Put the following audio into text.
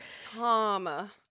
Tom